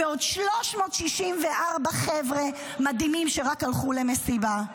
ועוד 364 חבר'ה מדהימים שרק הלכו למסיבה?